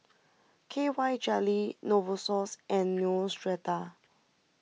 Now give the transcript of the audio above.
K Y Jelly Novosource and Neostrata